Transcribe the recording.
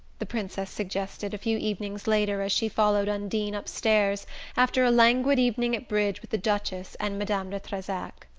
the princess suggested a few evenings later as she followed undine upstairs after a languid evening at bridge with the duchess and madame de trezac.